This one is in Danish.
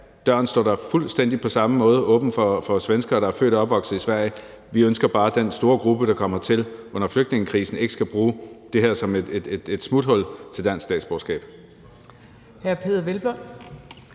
døren står da fuldstændig på samme måde åben for svenskere, der er født og opvokset i Sverige. Vi ønsker bare, at den store gruppe, der kom hertil under flygtningekrisen, ikke skal bruge det her som et smuthul til dansk statsborgerskab.